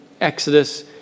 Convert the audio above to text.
Exodus